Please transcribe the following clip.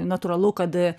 natūralu kad